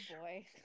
boy